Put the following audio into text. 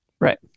right